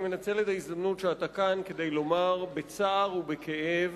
אני מנצל את ההזדמנות שאתה כאן כדי לומר בצער ובכאב,